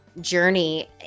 journey